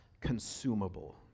consumable